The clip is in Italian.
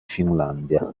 finlandia